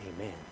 amen